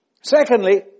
Secondly